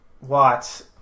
Watts